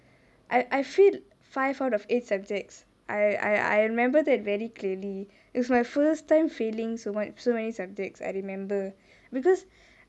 I I failed five out of eight subjects I I I remembered that very clearly it was my first time failing so much so many subjects I remember because